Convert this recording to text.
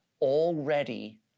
already